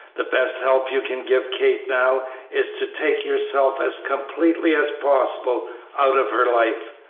the best help you can give kate now is to take yourself as completely as possible out of her life.